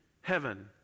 heaven